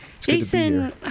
Jason